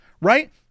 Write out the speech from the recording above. right